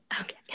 okay